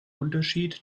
unterschied